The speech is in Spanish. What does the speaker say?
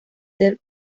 del